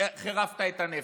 חירפת את הנפש,